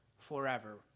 forever